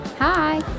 Hi